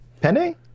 Penny